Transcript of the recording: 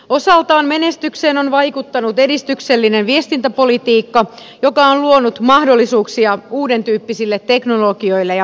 osaltaan menestykseen on vaikuttanut edistyksellinen viestintäpolitiikka joka on luonut mahdollisuuksia uudentyyppisille teknologioille ja markkinoille